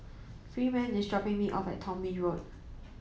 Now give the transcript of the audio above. Freeman is dropping me off at Thong Bee Road